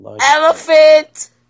Elephant